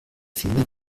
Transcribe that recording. filme